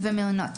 ומעונות.